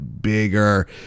bigger